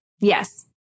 Yes